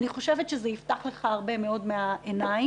אני חושבת שזה יפתח לך מאוד את העיניים,